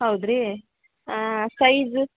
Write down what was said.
ಹೌದು ರೀ ಸೈಜ್